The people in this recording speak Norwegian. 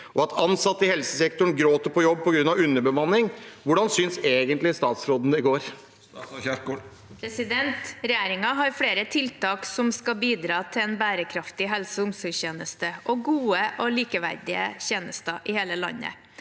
og at ansatte i helsesektoren gråter på jobb på grunn av underbemanning. Hvordan synes egentlig statsråden det går?» Statsråd Ingvild Kjerkol Regjeringen har flere tiltak som skal bidra til en bærekraftig helseog omsorgstjeneste og gode og likeverdige tjenester i hele landet.